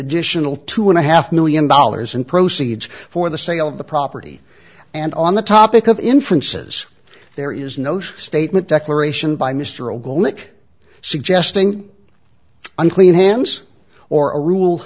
additional two and a half million dollars and proceeds for the sale of the property and on the topic of inferences there is no statement declaration by mr ogle nik suggesting unclean hands or a rule